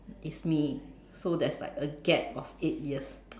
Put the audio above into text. it's me so there's like a gap of eight years